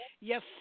Yes